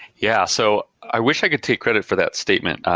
yeah. so i wish i could take credit for that statement.